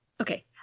Okay